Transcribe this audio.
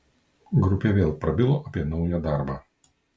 grupė vėl prabilo apie naują darbą